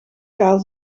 kaal